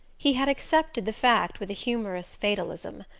he had accepted the fact with a humorous fatalism.